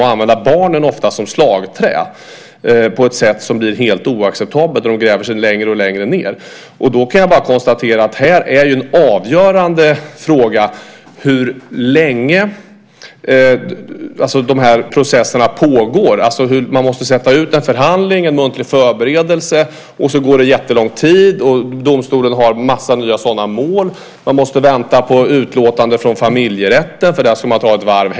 De använder ofta barnen som slagträ på ett sätt som är helt oacceptabelt, och de gräver sig längre och längre ned. Jag kan konstatera att en avgörande fråga är hur länge processerna pågår. Man måste sätta ut en förhandling och en muntlig förberedelse. Det går lång tid. Domstolen har en massa sådana mål. Man måste vänta på utlåtande från familjerätten - för där ska man helst ta ett varv.